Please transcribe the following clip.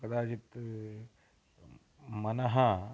कदाचित् मनः